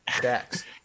Dax